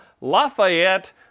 Lafayette